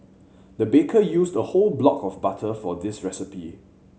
the baker used a whole block of butter for this recipe